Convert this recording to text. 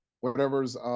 whatever's